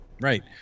Right